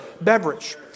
beverage